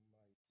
Almighty